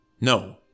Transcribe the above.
No